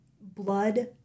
blood